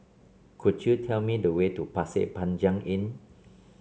could you tell me the way to Pasir Panjang Inn